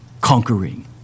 conquering